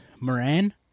Moran